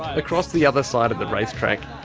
across the other side of the race track,